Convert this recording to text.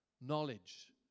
knowledge